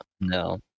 No